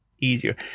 easier